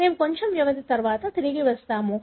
మేము కొంచెం తరువాత తిరిగి వస్తాము